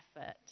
effort